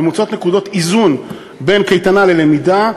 מוצאת נקודות איזון בין קייטנה ללמידה.